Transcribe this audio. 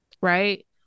Right